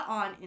on